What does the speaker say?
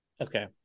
Okay